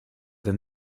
than